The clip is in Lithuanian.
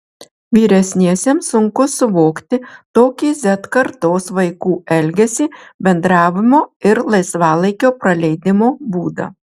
vyresniesiems sunku suvokti tokį z kartos vaikų elgesį bendravimo ir laisvalaikio praleidimo būdą